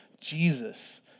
Jesus